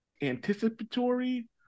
anticipatory